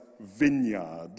vineyard